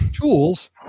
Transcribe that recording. tools